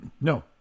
No